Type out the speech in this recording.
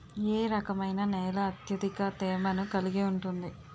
ఏ రకమైన నేల అత్యధిక తేమను కలిగి ఉంటుంది?